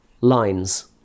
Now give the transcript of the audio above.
lines